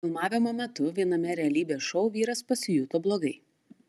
filmavimo metu viename realybės šou vyras pasijuto blogai